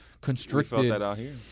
constricted